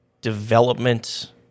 development